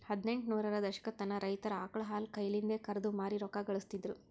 ಹದಿನೆಂಟ ನೂರರ ದಶಕತನ ರೈತರ್ ಆಕಳ್ ಹಾಲ್ ಕೈಲಿಂದೆ ಕರ್ದು ಮಾರಿ ರೊಕ್ಕಾ ಘಳಸ್ತಿದ್ರು